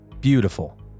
Beautiful